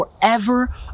forever